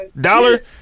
Dollar